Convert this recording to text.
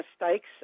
mistakes